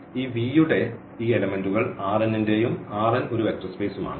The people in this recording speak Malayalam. അതിനാൽ ഈ V യുടെ ഈ എലെമെന്റുകൾ ന്റെയും ഒരു വെക്റ്റർ സ്പേസും ആണ്